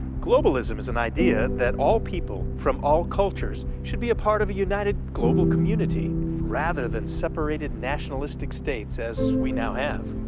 globalism is an idea that all people, from all cultures should be a part of a united global community rather than separated, nationalistic states as we have